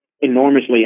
enormously